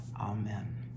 Amen